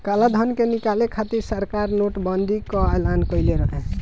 कालाधन के निकाले खातिर सरकार नोट बंदी कअ एलान कईले रहे